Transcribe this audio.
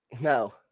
No